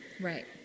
right